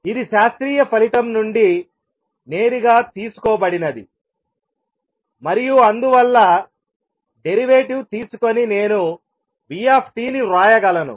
ఇది శాస్త్రీయ ఫలితం నుండి నేరుగా తీసుకోబడినది మరియు అందువల్ల డెరివేటివ్ తీసుకొని నేను v ని వ్రాయగలను